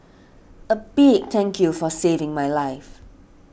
a big thank you for saving my life